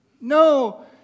No